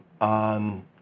on